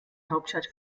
hauptstadt